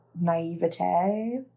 naivete